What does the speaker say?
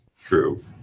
True